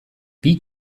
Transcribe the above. wie